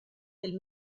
del